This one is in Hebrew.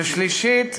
ושלישית,